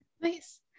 Nice